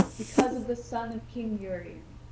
because of the son of king urien.